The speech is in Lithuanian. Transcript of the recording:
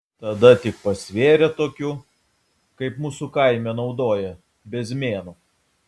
tada tik pasvėrė tokiu kaip mūsų kaime naudoja bezmėnu